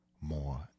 More